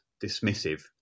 dismissive